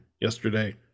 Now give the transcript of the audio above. yesterday